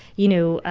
you know,